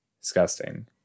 Disgusting